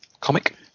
comic